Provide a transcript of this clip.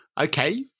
Okay